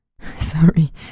Sorry